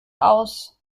aus